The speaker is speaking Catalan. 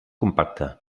compacta